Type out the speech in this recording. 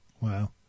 Wow